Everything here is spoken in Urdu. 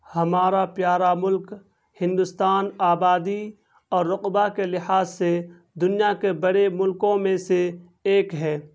ہمارا پیارا ملک ہندوستان آبادی اور رقبہ کے لحاظ سے دنیا کے بڑے ملکوں میں سے ایک ہے